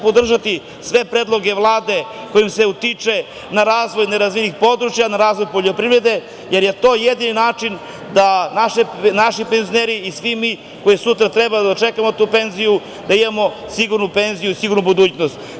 Podržaću sve predloge Vlade kojima se utiče na razvoje nerazvijenih područja, na razvoj poljoprivrede, jer je to jedini način da naši penzioneri i svi mi koji sutra treba da dočekamo tu penziju, da imamo sigurnu penziju i sigurnu budućnost.